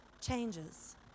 changes